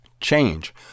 change